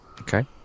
Okay